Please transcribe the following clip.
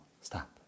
stop